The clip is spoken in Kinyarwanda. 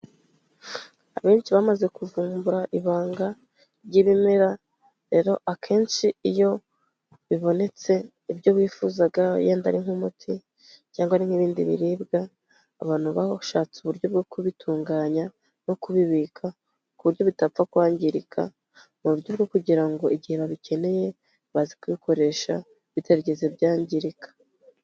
Abenshi bamaze kuvumbura ibanga ry'ibimera, rero akenshi iyo bibonetse ibyo wifuzaga yenda ari nk'umuti cyangwa nk'ibindi biribwa, abantu bashatse uburyo bwo kubitunganya no kubibika ku buryo bitapfa kwangirika, mu buryo bwo kugira ngo igihe babikeneye baze kubikoresha bitarigeze byangirika.